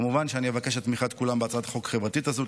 כמובן שאני אבקש את תמיכת כולם בהצעת חוק חברתית זו.